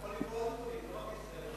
אתה יכול לקרוא עוד עיתונים, לא רק "ישראל היום".